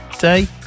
day